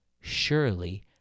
surely